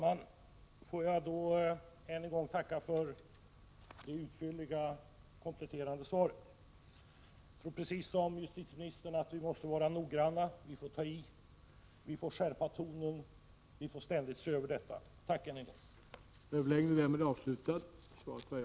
Herr talman! Låt mig tacka för det utförliga kompletterande svaret. Jag tror liksom justitieministern att vi måste vara noggranna: Vi får ta i, vi får skärpa tonen, och vi får ständigt se över detta. Tack än en gång!